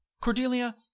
Cordelia